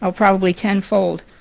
ah probably tenfold.